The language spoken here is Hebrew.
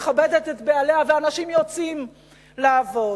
מכבדת את בעליה ואנשים יוצאים לעבוד.